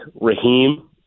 Raheem